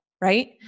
right